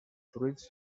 fruits